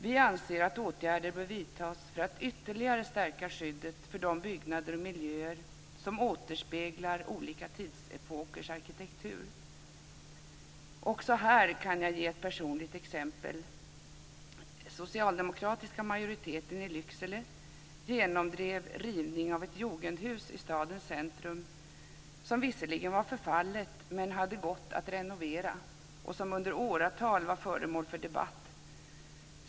Vi anser att åtgärder bör vidtas för att ytterligare stärka skyddet för de byggnader och miljöer som återspeglar olika tidsepokers arkitektur. Också här kan jag ge ett personligt exempel. Den socialdemokratiska majoriteten i Lycksele genomdrev rivning av ett jugendhus i stadens centrum. Det var visserligen förfallet, men det hade gått att renovera det. Det var föremål för debatt under åratal.